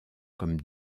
comme